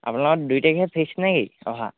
আপোনালোক দুই তাৰিখে ফিক্স নেকি অহা